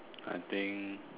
I think